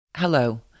Hello